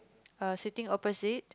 err sitting opposite